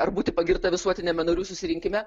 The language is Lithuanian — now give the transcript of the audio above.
ar būti pagirta visuotiniame narių susirinkime